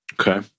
Okay